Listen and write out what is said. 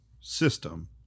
system